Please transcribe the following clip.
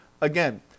again